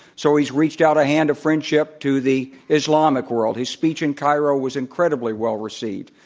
so he's reached out a hand of friendship to the islamic world. his speech in cairo was incredibly well received.